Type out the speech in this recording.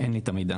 אין לי את המידע.